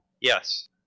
Yes